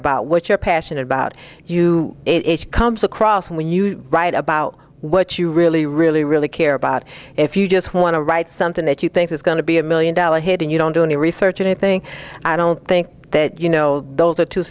about what you're passionate about you comes across when you write about what you really really really care about if you just want to write something that you think is going to be a million dollar hit and you don't do any research anything i don't think that you know those are two